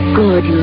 good